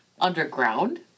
underground